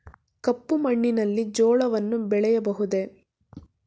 ಕಪ್ಪು ಮಣ್ಣಿನಲ್ಲಿ ಜೋಳವನ್ನು ಬೆಳೆಯಬಹುದೇ?